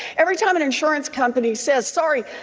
every time an insurance company says, sorry,